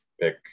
pick